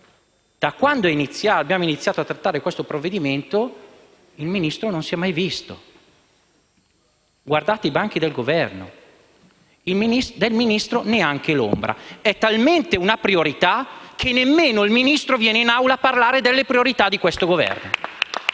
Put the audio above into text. da quando abbiamo iniziato a trattare il provvedimento in esame, il Ministro non si è mai visto. Guardate i banchi del Governo: del Ministro neanche l'ombra. È talmente una priorità che nemmeno il Ministro viene in Aula a parlare delle priorità di questo Governo!